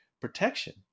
protection